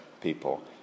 people